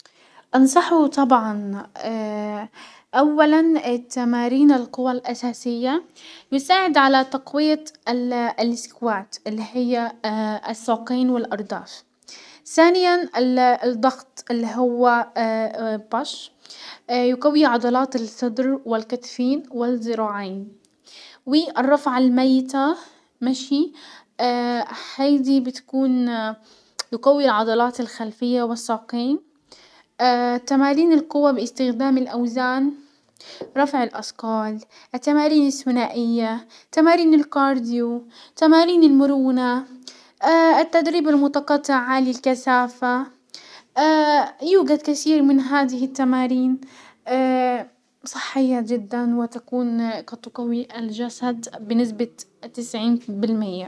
انصحه طبعا اولا تمارين القوى الاساسية يساعد على تقوية ال-السكوات اللي هي الساقين والارداف. سانيا الضغط اللي هو بش يقوي عضلات الصدر والكتفين والذراعين، والرفعة الميتة مشي هيدي بتكون يقوي العضلات الخلفية والساقين، تمارين القوة باستخدام الاوزان، رفع الاسقال، التمارين الثنائية، تمارين الكارديو، تمارين المرونة، التدريب المتقطع عالي الكثافة، يوجد كثير من هذه التمارين، صحية جدا وتكون قد تقوي الجسد بنسبة تسعين بالمية.